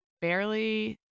barely